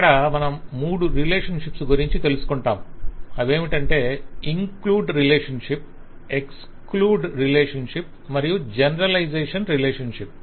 ఇక్కడ మనము మూడు రిలేషన్షిప్స్ గురించి తెలుసుకుంటాం ఇంక్లూడ్ రిలేషన్షిప్ ఎక్స్టెండ్ రిలేషన్షిప్ మరియు జెనరలైజేషన్ రిలేషన్షిప్